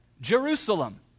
Jerusalem